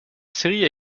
série